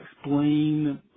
explain